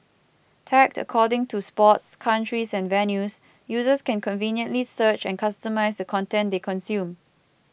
tagged according to sports countries and venues users can conveniently search and customise the content they consume